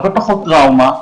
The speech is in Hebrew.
הרבה פחות טראומה,